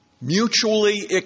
Mutually